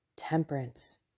temperance